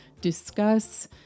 discuss